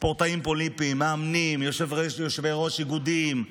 ספורטאים פאראלימפיים, מאמנים, יושבי-ראש איגודים,